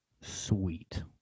Sweet